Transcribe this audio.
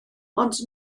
ond